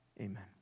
amen